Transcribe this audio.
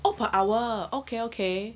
oh per hour okay okay